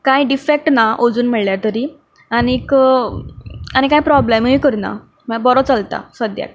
कांय डिफॅक्ट ना आजून म्हणल्यार तरी आनी आनी कांय प्रॉबलमूय करना म्हणल्यार बरो चलता सद्याक